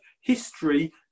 history